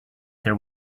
there